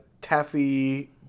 Taffy